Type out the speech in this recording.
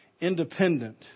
independent